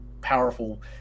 powerful